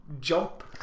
jump